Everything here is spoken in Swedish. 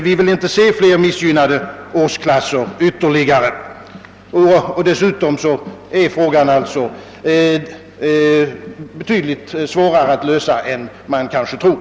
Vi vill inte se fler missgynnade årsklasser.